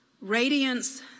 radiance